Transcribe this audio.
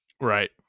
right